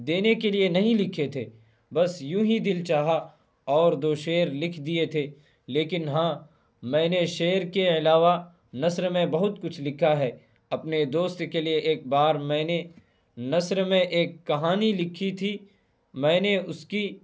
دینے کے لیے نہیں لکھے تھے بس یونہی دل چاہا اور دو شعر لکھ دیے تھے لیکن ہاں میں نے شعر کے علاوہ نثر میں بہت کچھ لکھا ہے اپنے دوست کے لیے ایک بار میں نے نثر میں ایک کہانی لکھی تھی میں نے اس کی